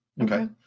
Okay